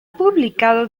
publicado